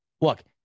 Look